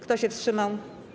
Kto się wstrzymał?